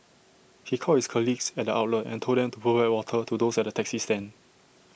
he called his colleagues at the outlet and told them to provide water to those at the taxi stand